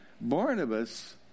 Barnabas